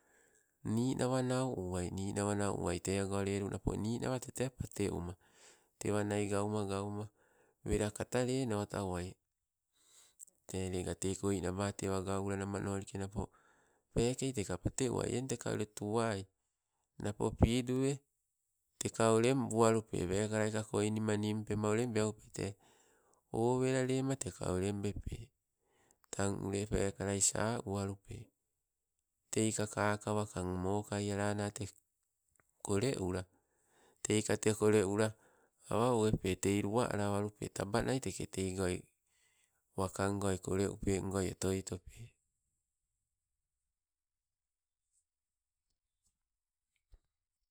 Ninawa nau uwai, ninawa nau uwai tego lelu napo ninawa tete pate uma, tewanai gauma, gauma wela kata leno tauwai, tee lega, te koinaba tewa gaula namanolike napo, peekei teka pate uwai. Eng teka ule tuwai napo pidue teka olembualupe, peekalai ka koinima ningpema olembe alupe tee, owela lema teka olembepe. Tang ule pekala sa uwalupe, teika kaka wakang mokai alana tee, kole ula, teika tee kole ula awa owepe luwa alawalupe tabanai teigoi wakangoi kole upengoi otoi tope.